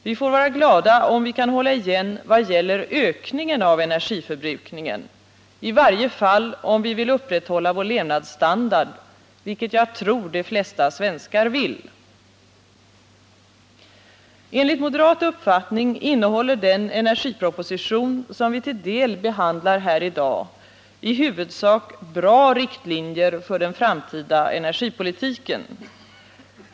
Vi får vara glada om vi kan hålla igen ökningen av energiförbrukningen, i varje fall om vi vill upprätthålla vår levnadsstandard, vilket jag tror de flesta svenskar vill. Enligt moderat uppfattning innehåller den energiproposition som vi till dels behandlar här i dag i huvudsak bra riktlinjer för den framtida energipolitiken.